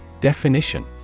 Definition